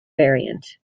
variant